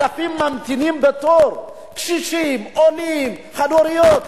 אלפים ממתינים בתור, קשישים, עולים, חד-הוריות.